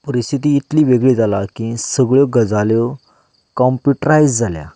परिस्थिती इतली वेगळी जाल्या की सगळ्यो गजाल्यो कंम्प्युटरायज जाल्या